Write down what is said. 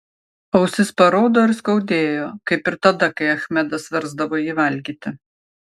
ausis paraudo ir skaudėjo kaip ir tada kai achmedas versdavo jį valgyti